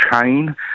chain